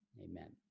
amen